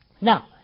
Now